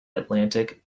atlantic